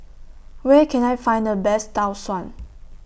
Where Can I Find The Best Tau Suan